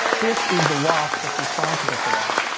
this is the wasp that's responsible for that,